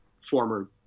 former